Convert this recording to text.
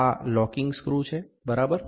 આ locking screw છે બરાબર